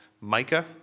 Micah